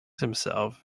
himself